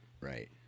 right